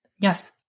Yes